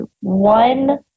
one